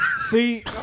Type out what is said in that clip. See